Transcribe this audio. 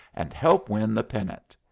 and help win the pennant.